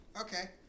okay